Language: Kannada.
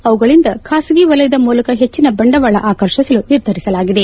ಅವುಗಳಿಂದ ಖಾಸಗಿ ವಲಯದ ಮೂಲಕ ಹೆಚ್ಚಿನ ಬಂಡವಾಳ ಆಕರ್ಷಿಸಲು ನಿರ್ಧರಿಸಲಾಗಿದೆ